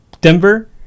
Denver